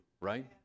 right